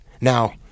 Now